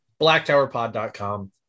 blacktowerpod.com